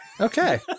Okay